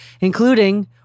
including